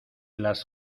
las